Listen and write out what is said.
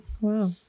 Wow